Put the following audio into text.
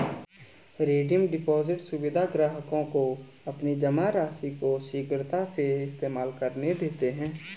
redeem deposit सुविधा ग्राहकों को अपनी जमा राशि को शीघ्रता से इस्तेमाल करने देते है